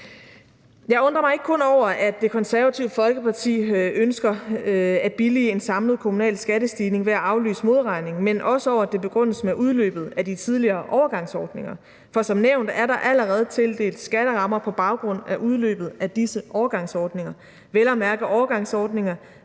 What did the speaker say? Jeg undrer mig ikke kun over, at Det Konservative Folkeparti ønsker at billige en samlet kommunal skattestigning ved at aflyse modregningen, men også over, at det begrundes med udløbet af de tidligere overgangsordninger. For som nævnt er der allerede tildelt skatterammer på baggrund af udløbet af disse overgangsordninger – vel at mærke overgangsordninger,